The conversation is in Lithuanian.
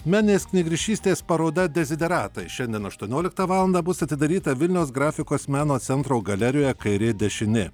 meninės knygrišystės paroda dezideratai šiandien aštuonioliktą valandą bus atidaryta vilniaus grafikos meno centro galerijoje kairė dešinė